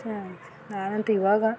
ಚೆನ್ನಾಗಿರುತ್ತೆ ನಾನಂತೂ ಇವಾಗ